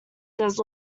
does